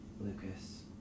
Lucas